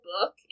book